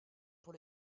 pour